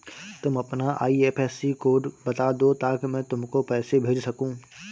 तुम अपना IFSC code बता दो ताकि मैं तुमको पैसे भेज सकूँ